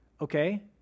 okay